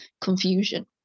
confusion